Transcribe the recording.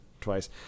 twice